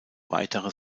weitere